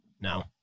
No